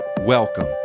welcome